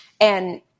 And-